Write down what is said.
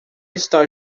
está